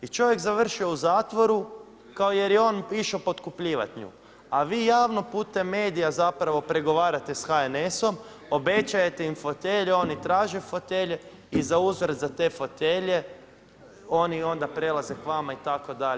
I čovjek je završio u zatvoru jer je on išao potkupljivati nju, a vi javno putem medija zapravo pregovarate sa HNS-om, obećajete im fotelje, oni traže fotelje i zauzvrat za te fotelje oni onda prelaze k vama itd.